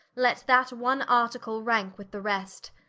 let that one article ranke with the rest,